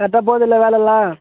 கரெக்டாக போகுதுல வேலைல்லாம்